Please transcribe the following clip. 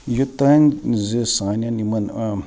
یوٚتانۍ زِ سانٮ۪ن یِمن